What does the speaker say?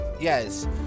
Yes